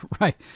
right